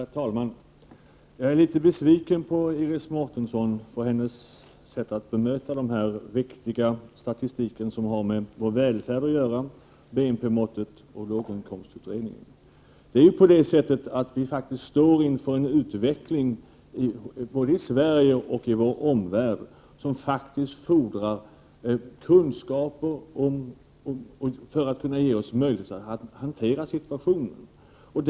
Herr talman! Jag är litet besviken på Iris Mårtenssons sätt att bemöta det som sagts om denna viktiga statistik som har med vår välfärd att göra, BNP-måttet och låginkomstutredningen. Vi står faktiskt inför en utveckling, både i Sverige och i vår omvärld, som faktiskt fordrar kunskaper för att vi skall ha möjlighet att hantera de situationer som uppkommer.